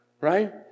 right